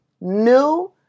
new